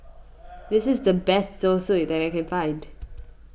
this is the best Zosui that I can find